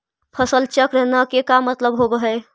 फसल चक्र न के का मतलब होब है?